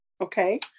Okay